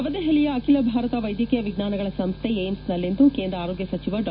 ನವದೆಹಲಿಯ ಅಖಿಲ ಭಾರತ ವೈದ್ಯಕೀಯ ವಿಜ್ವಾನಗಳ ಸಂಸ್ನೆ ಏಮ್ಸೆನಲ್ಲಿಂದು ಕೇಂದ್ರ ಆರೋಗ್ಲ ಸಚಿವ ಡಾ